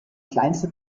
kleinste